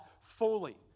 fully